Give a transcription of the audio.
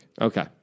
Okay